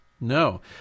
No